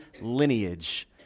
lineage